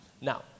Now